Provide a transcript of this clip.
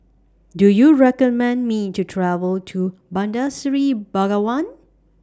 Do YOU recommend Me to travel to Bandar Seri Begawan